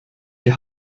die